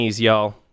y'all